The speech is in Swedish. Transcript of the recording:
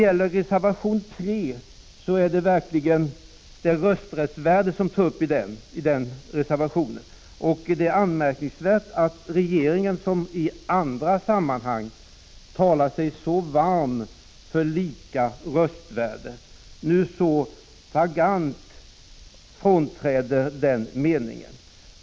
Reservation 3 tar upp frågan om röstvärde på aktier. Det är anmärkningsvärt att regeringen, som i andra sammanhang talar sig varm för lika röstvärde, nu så flagrant frånträder den meningen.